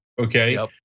okay